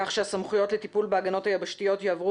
כך שהסמכויות לטיפול בהגנות היבשתיות יעברו